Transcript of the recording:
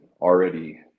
already